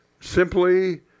simply